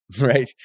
Right